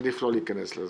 עדיף לא להיכנס לזה.